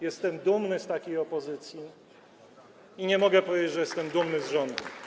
Jestem dumny z takiej opozycji i nie mogę powiedzieć, że jestem dumny z rządu.